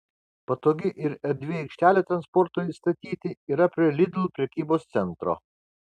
patogi ir erdvi aikštelė transportui statyti yra prie lidl prekybos centro